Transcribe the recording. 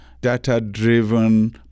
data-driven